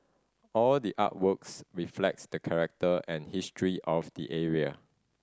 all the artworks reflects the character and history of the area